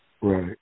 Right